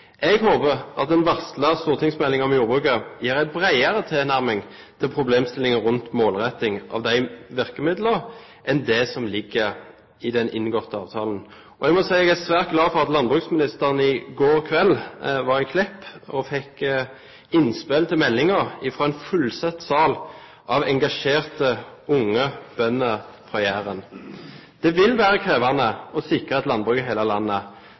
Jeg håper at den varslede stortingsmeldingen om jordbruket gir en bredere tilnærming til problemstillingen rundt målretting av de virkemidlene enn det som ligger i den inngåtte avtalen. Jeg må si at jeg er svært glad for at landbruksministeren i går kveld var i Klepp og fikk innspill til meldingen fra en fullsatt sal av engasjerte, unge bønder fra Jæren. Det vil være krevende å sikre et landbruk i hele landet